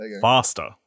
faster